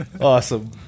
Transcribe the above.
awesome